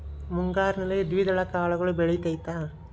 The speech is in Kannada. ಮುಂಗಾರಿನಲ್ಲಿ ದ್ವಿದಳ ಕಾಳುಗಳು ಬೆಳೆತೈತಾ?